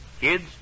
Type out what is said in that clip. kids